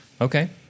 Okay